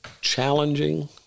challenging